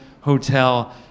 hotel